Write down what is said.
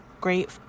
great